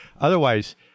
otherwise